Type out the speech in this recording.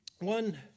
One